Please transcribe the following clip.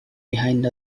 behind